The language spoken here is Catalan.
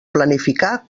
planificar